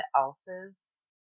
else's